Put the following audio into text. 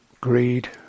greed